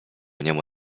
niemu